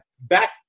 back